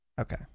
Okay